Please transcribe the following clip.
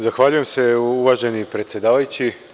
Zahvaljujem se uvaženi predsedavajući.